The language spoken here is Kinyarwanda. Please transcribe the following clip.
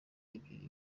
ebyiri